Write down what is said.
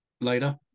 later